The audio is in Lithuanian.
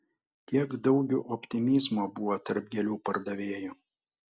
kiek daugiu optimizmo buvo tarp gėlių pardavėjų